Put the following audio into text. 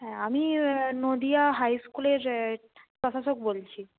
হ্যাঁ আমি নদীয়া হাইস্কুলের প্রশাসক বলছি